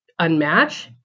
unmatch